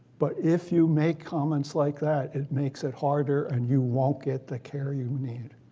but if you make comments like that, it makes it harder and you won't get the care you need.